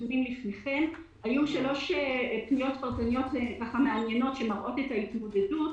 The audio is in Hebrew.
היו שלוש פניות פרטניות מעניינות שמראות את ההתמודדות.